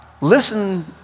Listen